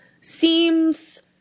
seems